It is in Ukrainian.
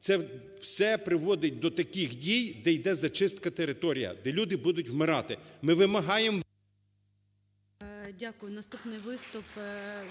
Це все приводить до таких дій, де йде зачистка території, де люди будуть вмирати. Ми вимагаємо… ГОЛОВУЮЧИЙ. Дякую. Наступний виступ